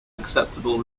acceptable